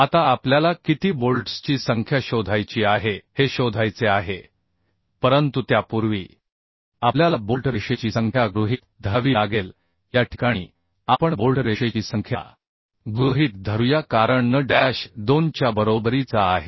आता आपल्याला किती बोल्ट्सची संख्या शोधायची आहे हे शोधायचे आहे परंतु त्यापूर्वी आपल्याला बोल्ट रेषेची संख्या गृहीत धरावी लागेल या ठिकाणी आपण बोल्ट रेषेची संख्या गृहीत धरूया कारण n डॅश 2 च्या बरोबरीचा आहे